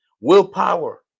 Willpower